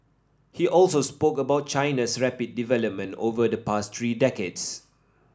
he also spoke about China's rapid development over the past three decades